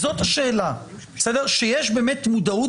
זוהי השאלה שיש, באמת, מודעות